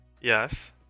Yes